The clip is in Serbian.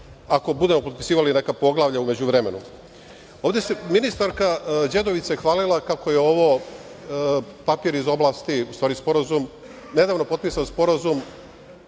ako budemo potpisivali neka poglavlja u međuvremenu? Ministarka Đedović se hvalila kako je ovo papir iz oblasti, u stvari sporazum, nedavno potpisan sporazum